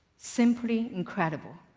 simply incredible.